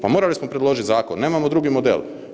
Pa morali smo predložiti zakon, nemamo drugi model.